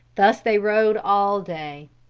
thus they rode all day.